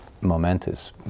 momentous